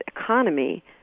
economy